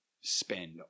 spend